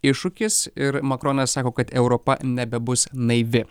iššūkis ir makronas sako kad europa nebebus naivi